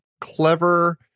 clever